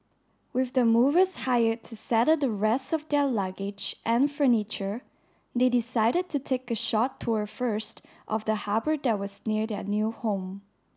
with the movers hired to settle the rest of their luggage and furniture they decided to take a short tour first of the harbour that was near their new home